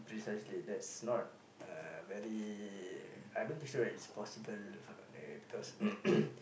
precisely that's not uh very I don't think so it's possible because